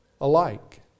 alike